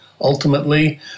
ultimately